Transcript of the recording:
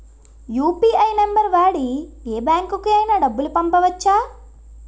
UPI number వాడి యే బ్యాంకుకి అయినా డబ్బులు పంపవచ్చ్చా?